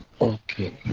Okay